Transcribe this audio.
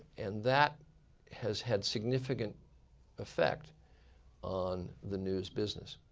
and that has had significant effect on the news business.